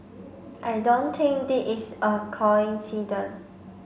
I don't think this a coincident